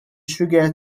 sugar